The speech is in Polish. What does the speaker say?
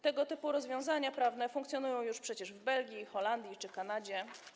Tego typu rozwiązania prawne funkcjonują już przecież w Belgii, Holandii czy Kanadzie.